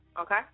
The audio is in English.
Okay